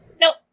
Nope